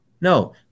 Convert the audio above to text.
No